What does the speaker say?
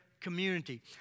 community